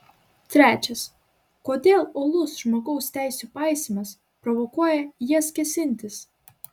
trečias kodėl uolus žmogaus teisių paisymas provokuoja į jas kėsintis